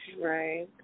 right